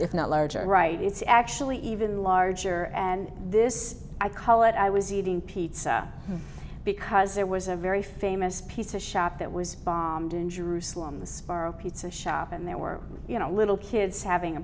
if not larger right it's actually even larger and this i call it i was eating pizza because there was a very famous piece a shop that was bombed in jerusalem the spar a pizza shop and there were you know little kids having a